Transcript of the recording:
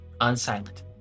unsilent